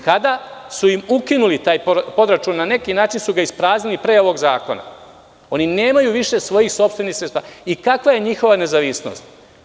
Kada su im ukinuli taj podračun na neki način su ga ispraznili pre ovog zakona, oni nemaju više svojih sopstvenih sredstava i kakva je njihova nezavisnost?